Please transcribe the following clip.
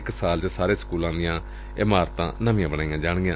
ਇਕ ਸਾਲ ਵਿੱਚ ਸਾਰੇ ਸਕੁਲਾਂ ਦੀਆਂ ਇਮਾਰਤਾਂ ਨਵੀਆਂ ਬਣਾਈਆਂ ਜਾਣਗੀਆਂ